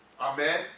Amen